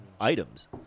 items